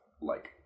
like-